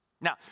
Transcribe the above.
Now